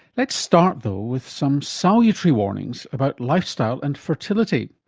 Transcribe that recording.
let's start though with some salutary warnings about lifestyle and fertility,